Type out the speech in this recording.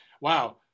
Wow